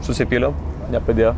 susipyliau nepadėjo